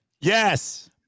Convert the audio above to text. Yes